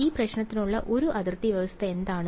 ഈ പ്രശ്നത്തിനുള്ള ഒരു അതിർത്തി വ്യവസ്ഥ എന്താണ്